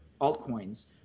altcoins